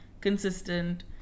consistent